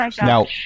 Now